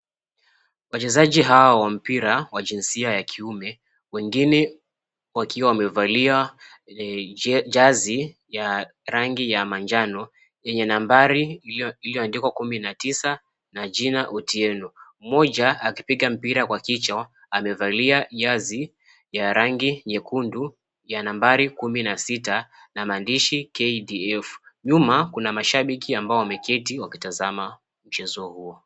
Wachezaji hawa wa mpira wa jinsia ya kiume wengine wakiwa wamevalia jazi ya rangi ya manjano yenye nambari iliondikwa kumi na tisa na jina, Otieno. Mmoja akipiga mpira kwa kichwa amevalia jazi ya rangi nyekundu ya nambari kumi na sita na maandishi KDF. Nyuma kuna mashabiki ambao wameketi wakitazama mchezo huo.